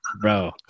bro